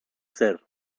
ser